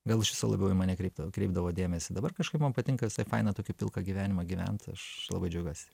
gal iš viso labiau į mane kreipd kreipdavo dėmesį dabar kažkaip man patinka visai faina tokį pilką gyvenimą gyvent aš labai džiaugiuosi